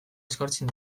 eskertzen